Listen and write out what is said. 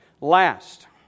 Last